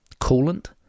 coolant